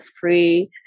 free